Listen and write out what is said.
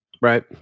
Right